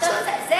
אתה רוצה, ?